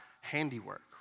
handiwork